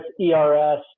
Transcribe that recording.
ERS